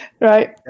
Right